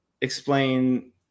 explain